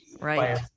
right